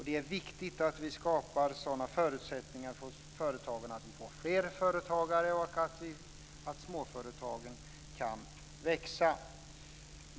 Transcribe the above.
Det är viktigt att vi skapar sådana förutsättningar för företagen att vi får fler företagare och att småföretagen kan växa.